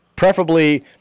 Preferably